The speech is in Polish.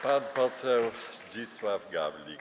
Pan poseł Zdzisław Gawlik.